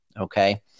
okay